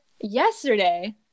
yesterday